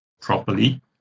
properly